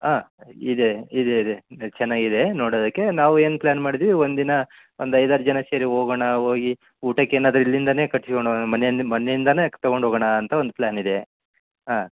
ಹಾಂ ಇದೆ ಇದೆ ಇದೆ ಏ ಚೆನ್ನಾಗಿದೆ ನೋಡೋದಕ್ಕೆ ನಾವು ಏನು ಪ್ಲ್ಯಾನ್ ಮಾಡಿದ್ದೀವಿ ಒಂದು ದಿನ ಒಂದು ಐದು ಆರು ಜನ ಸೇರಿ ಹೋಗೋಣಾ ಹೋಗಿ ಊಟಕ್ಕೆ ಏನಾದರು ಇಲ್ಲಿಂದನೆ ಕಟ್ಸ್ಕೊಂಡು ಹೋಗೋಣ ಮನೆಯಲ್ಲಿ ಮನೆಯಿಂದನೇ ತಗೊಂಡು ಹೋಗೋಣ ಅಂತ ಒಂದು ಪ್ಲ್ಯಾನ್ ಇದೆ ಹಾಂ